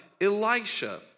Elisha